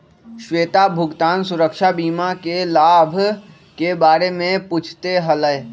श्वेतवा भुगतान सुरक्षा बीमा के लाभ के बारे में पूछते हलय